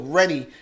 ready